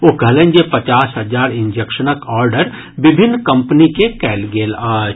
ओ कहलनि जे पचास हजार इंजेक्शनक ऑर्डर विभिन्न कम्पनी के कयल गेल अछि